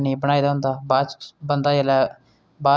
ओह् अपनी कविता च गलांदियां न कि